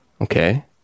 Okay